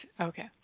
okay